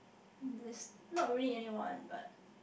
this not really anyone but